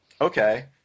Okay